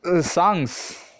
songs